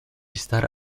star